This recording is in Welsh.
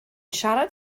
siarad